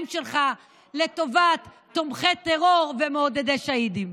שלך לטובת תומכי טרור ומעודדי שהידים.